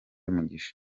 umugisha